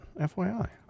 fyi